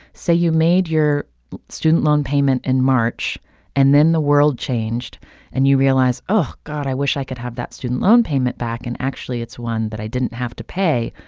say you made your student loan payment in march and then the world changed and you realize oh, god, i wish i could have that student loan payment back, and actually it's one that i didn't have to pay.